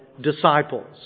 disciples